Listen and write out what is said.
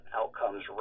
outcomes